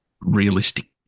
realistic